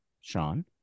Sean